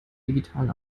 digitalen